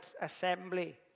assembly